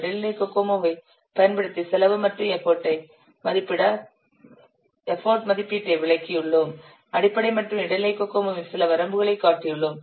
இடைநிலை கோகோமோவைப் பயன்படுத்தி செலவு மற்றும் எஃபர்ட் மதிப்பீட்டை விளக்கியுள்ளோம் அடிப்படை மற்றும் இடைநிலை கோகோமோவின் சில வரம்புகளைக் காட்டியுள்ளோம்